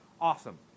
awesome